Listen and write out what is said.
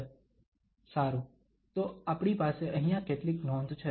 સારુ તો આપણી પાસે અહીંયા કેટલીક નોંધ છે